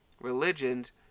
religions